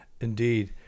Indeed